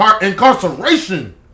incarceration